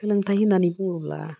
सोलोंथाइ होन्नानै बुङोब्ला